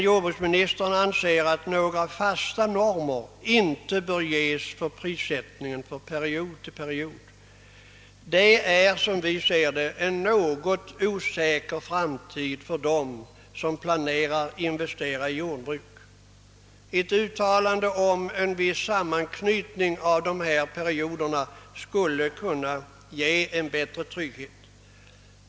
Jordbruksministern anser emellertid att några fasta normer inte bör ges för prissättningen från period till period. Det innebär, som vi ser det, en ganska osäker framtid för dem som planerar att investera i jordbruk. Ett uttalande om en viss sammanknytning av dessa perioder skulle kunna ge bättre trygghet.